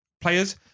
players